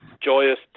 joyous